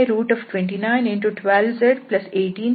ನಮಗೆ Fn12912z1812y ಎಂದು ಗೊತ್ತು